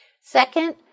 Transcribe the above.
Second